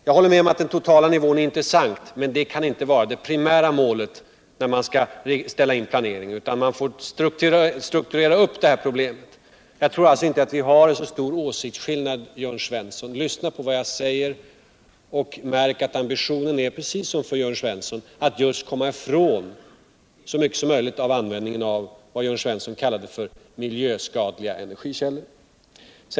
Jag håller med om att den totala nivån är intressant, men den kan inte vara det primära målet för planeringen. Man får strukturera upp det här problemet. Jag tror alltså inte att åsiktsskillnaden är så stor. Lyssna på vad jag säger, Jörn Svensson. och märk att ambitionen är precis som för Jörn Svensson: att komma ifrån så mycket som möjligt att använda vad Jörn Svensson kallade för miljöskadliga energikällor.